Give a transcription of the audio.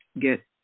get